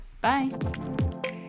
Bye